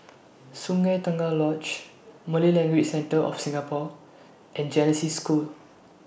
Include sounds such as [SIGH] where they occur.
Sungei Tengah Lodge Malay Language Centre of Singapore and Genesis School [NOISE]